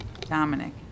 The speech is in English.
Dominic